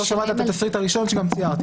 לא שמעת את התסריט הראשון שגם ציירתי.